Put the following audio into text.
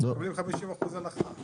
מקבלים 50% הנחה